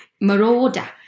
marauder